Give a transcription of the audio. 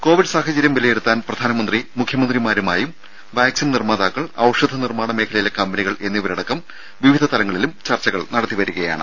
Covid സാഹചര്യം വിലയിരുത്താൻ പ്രധാനമന്ത്രി മുഖ്യമന്ത്രിമാരുമായും വാക്സിൻ നിർമ്മാതാക്കൾ ഔഷധ നിർമ്മാണ മേഖലയിലെ കമ്പനികൾ എന്നിവരടക്കം വിവിധ തലങ്ങളിൽ ചർച്ചകൾ നടത്തിവരികയാണ്